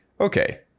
okay